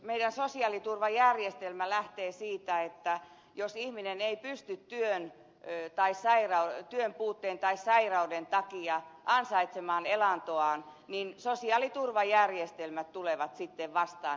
meidän sosiaaliturvajärjestelmämme lähtee siitä että jos ihminen ei pysty työn puutteen tai sairauden takia ansaitsemaan elantoaan niin sosiaaliturvajärjestelmät tulevat sitten vastaan